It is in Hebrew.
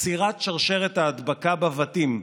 עצירת שרשרת ההדבקה בבתים,